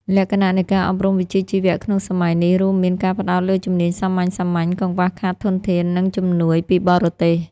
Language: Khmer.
លក្ខណៈនៃការអប់រំវិជ្ជាជីវៈក្នុងសម័យនេះរួមមាន ការផ្តោតលើជំនាញសាមញ្ញៗ កង្វះខាតធនធាន និងជំនួយពីបរទេស។